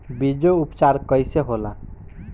बीजो उपचार कईसे होला?